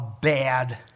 bad